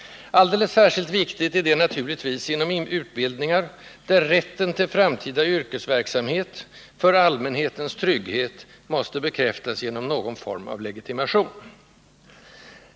Alldeles särskilt viktigt är detta naturligtvis inom utbildningar där rätten till framtida yrkesverksamhet — för allmänhetens trygghet — måste bekräftas genom någon form av legitimation.